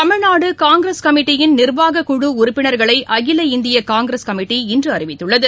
தமிழ்நாடு காங்கிரஸ் கமிட்டியின் நிர்வாகக்குழு உறுப்பினர்களை அகில இந்திய காங்கிரஸ் கமிட்டி இன்று அறிவித்துள்ளது